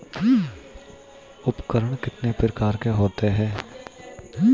उपकरण कितने प्रकार के होते हैं?